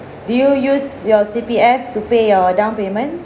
do you use your C_P_F to pay your down payment